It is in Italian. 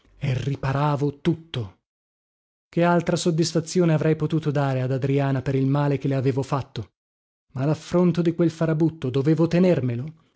e riparavo tutto che altra soddisfazione avrei potuto dare ad adriana per il male che le avevo fatto ma laffronto di quel farabutto dovevo tenermelo